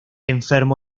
enfermo